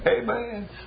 Amen